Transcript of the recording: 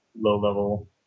low-level